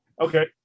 Okay